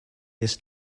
this